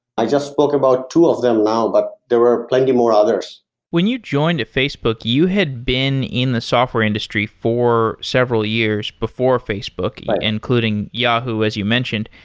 i just spoke about two of them now but there were plenty more others when you joined the facebook, you had been in the software industry for several years, before facebook, including yahoo as you mentioned.